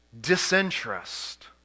disinterest